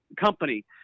company